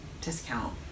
discount